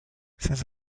ces